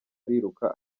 ariruka